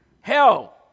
Hell